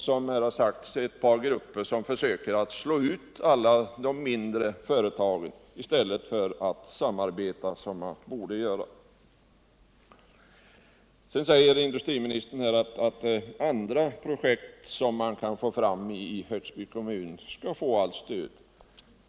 Som här har anförts försöker ju ett par grupper att slå ut alla de mindre företagen i stället för att samarbeta som man borde göra. Industriministern sade att andra projekt i Björkshults kommun skall få allt stöd.